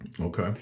Okay